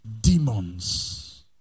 demons